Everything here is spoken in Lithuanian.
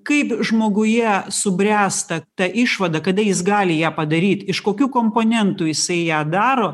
kaip žmoguje subręsta ta išvada kada jis gali ją padaryt iš kokių komponentų jisai ją daro